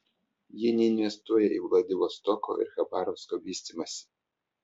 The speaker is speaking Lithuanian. jie neinvestuoja į vladivostoko ir chabarovsko vystymąsi